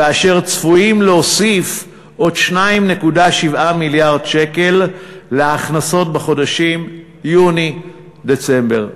ואשר צפויים להוסיף עוד 2.7 מיליארד שקלים להכנסות בחודשים יוני דצמבר.